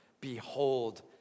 Behold